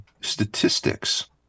statistics